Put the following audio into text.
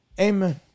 Amen